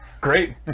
Great